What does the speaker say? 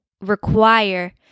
require